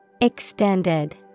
Extended